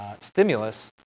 stimulus